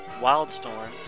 Wildstorm